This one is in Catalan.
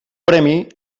premi